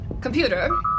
Computer